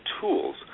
tools